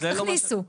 רק תכניסו,